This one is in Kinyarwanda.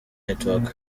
network